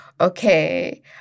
okay